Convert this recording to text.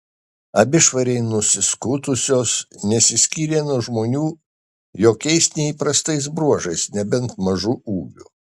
abi švariai nusiskutusios nesiskyrė nuo žmonių jokiais neįprastais bruožais nebent mažu ūgiu